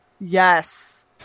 Yes